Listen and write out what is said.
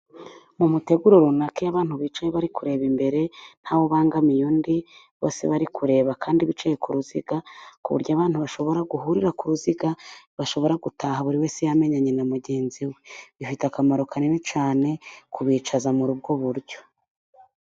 Mu muteguro runaka，iyo abantu bicaye bari kureba imbere，ntawe ubangamiye undi，bose bari kureba kandi bicaye ku ruziga，ku buryo abantu bashobora guhurira ku ruziga， bashobora gutaha buri wese yamenyanye na mugenzi we. Bifite akamaro kanini cyane， kubicaza muri ubwo buryo.